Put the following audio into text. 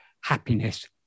happiness